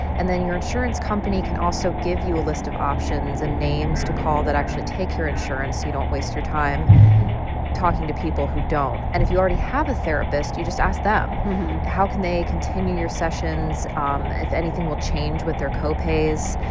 and then your insurance company can also give you a list of options and names to call that actually take your insurance, so you don't waste your time talking to people who don't and if you already have a therapist, you just ask them how can they continue your sessions, um if anything will change with their copays.